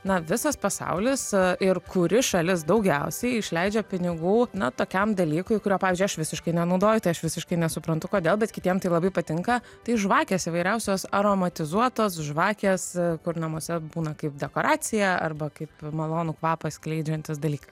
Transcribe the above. na visas pasaulis ir kuri šalis daugiausiai išleidžia pinigų na tokiam dalykui kurio pavyzdžiui aš visiškai nenaudoju tai aš visiškai nesuprantu kodėl bet kitiem tai labai patinka tai žvakės įvairiausios aromatizuotos žvakės kur namuose būna kaip dekoracija arba kaip malonų kvapą skleidžiantis dalykas